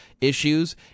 issues